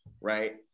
Right